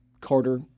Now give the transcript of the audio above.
Carter